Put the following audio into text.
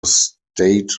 state